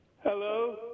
Hello